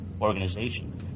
organization